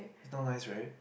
it's not nice right